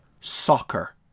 Soccer